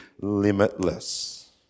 limitless